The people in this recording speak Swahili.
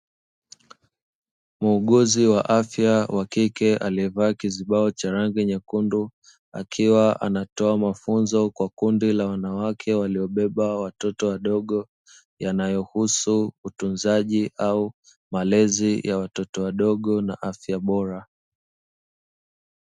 Muuguzi wa afya wa kike aliyevaa kizibao cha rangi nyekundu, akiwa anatoa mafunzo kwa kundi la wanawake waliobeba watoto wadogo yanayohusu utunzaji au malezi ya watoto wadogo na afya bora.